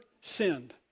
sinned